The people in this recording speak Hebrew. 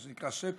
מה שנקרא שפ"י,